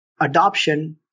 adoption